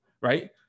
right